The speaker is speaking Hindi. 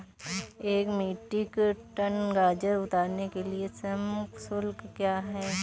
एक मीट्रिक टन गाजर उतारने के लिए श्रम शुल्क क्या है?